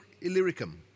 Illyricum